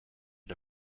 had